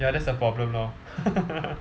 ya that's the problem lor